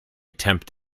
tempt